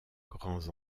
grands